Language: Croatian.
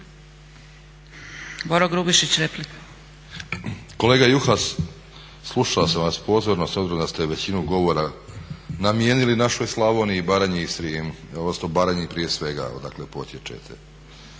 **Grubišić, Boro (HDSSB)** Kolega Juhas, slušao sam vas pozorno s obzirom da ste većinu govora namijenili našoj Slavoniji, Baranji i Srijemu, odnosno Baranji prije svega odakle potječete.